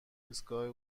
ایستگاه